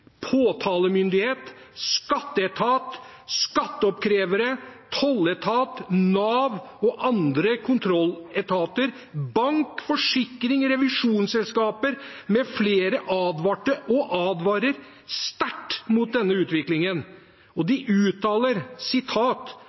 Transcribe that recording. påtalemyndighet, skatteetat, skatteoppkrevere, tolletat, Nav og andre kontrolletater, bank, forsikring, revisjonsselskaper mfl., advarer sterkt mot denne utviklingen. De uttaler: